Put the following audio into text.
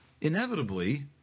inevitably